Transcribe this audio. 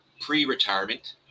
pre-retirement